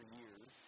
years